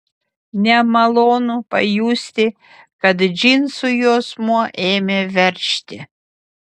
nemalonu pajusti kad džinsų juosmuo ėmė veržti